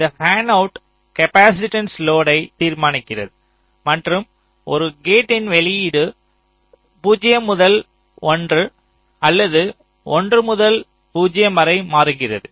இந்த fan out capacitance லோடை தீர்மானிக்கிறது மற்றும் ஒரு கேட்டின் வெளியீடு 0 முதல் 1 அல்லது 1 முதல் 0 வரை மாறுகிறது